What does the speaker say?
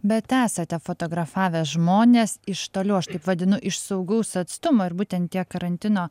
bet esate fotografavęs žmones iš toliau aš taip vadinu iš saugaus atstumo ir būtent tie karantino